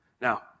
Now